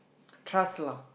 trust lah